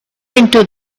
into